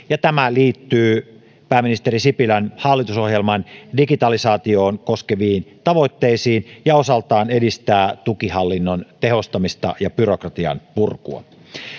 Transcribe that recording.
ja tämä liittyy pääministeri sipilän hallitusohjelman digitalisaatiota koskeviin tavoitteisiin ja osaltaan edistää tukihallinnon tehostamista ja byrokratian purkua